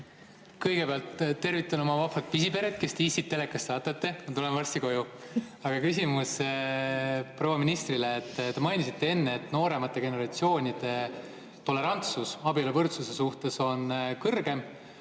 Kõigepealt tervitan oma vaprat pisiperet, kes te issit telekast vaatate. Ma tulen varsti koju. Aga küsimus on proua ministrile. Te mainisite enne, et nooremate generatsioonide tolerantsus abieluvõrdsuse suhtes on kõrgem.